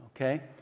okay